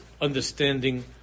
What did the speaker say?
understanding